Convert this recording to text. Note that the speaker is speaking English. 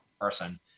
person